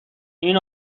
این